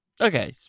Okay